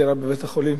נפטרה בבית-החולים.